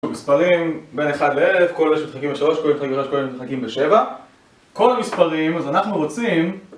מספרים בין 1 ל-1000, כל אחד שמתחלקים ב-3, כל אחד שמתחלקים ב-3, כל אחד שמתחלקים ב-7 כל המספרים, אז אנחנו רוצים